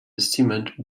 cement